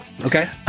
Okay